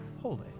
holy